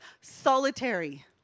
solitary